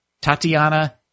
Tatiana